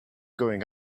going